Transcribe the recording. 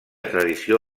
tradició